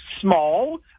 small